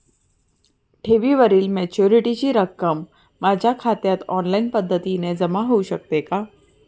ठेवीवरील मॅच्युरिटीची रक्कम माझ्या खात्यात ऑनलाईन पद्धतीने जमा होऊ शकते का?